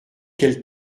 quelles